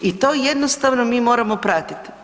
I to jednostavno mi moramo pratiti.